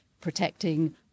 protecting